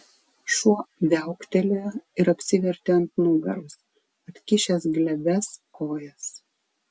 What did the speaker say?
šuo viauktelėjo ir apsivertė ant nugaros atkišęs glebias kojas